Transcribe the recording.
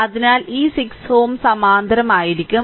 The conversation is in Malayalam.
അതിനാൽ ഈ 6Ω സമാന്തരമായിരിക്കും